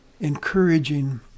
encouraging